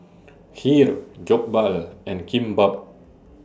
Kheer Jokbal and Kimbap